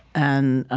and ah